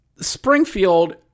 Springfield